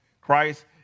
Christ